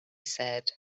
said